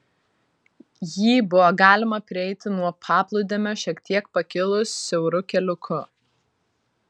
jį buvo galima prieiti nuo paplūdimio šiek tiek pakilus siauru keliuku